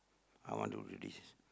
I want to release